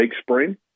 spring